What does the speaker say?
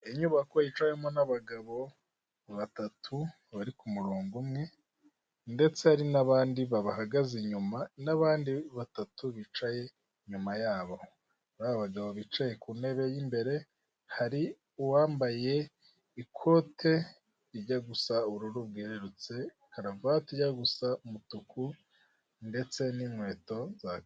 Inyubako yicawemo n'abagabo batatu, bari ku murongo umwe, ndetse hari n'abandi babahagaze inyuma, n'abandi batatu bicaye inyuma ya bo. Ba bagabo bicaye ku ntebe y'imbere hari uwambaye ikote rijya gusa ubururu bwerurutse, karuvate ijya gusa umutuku, ndetse n'inkweto za.